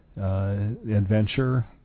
adventure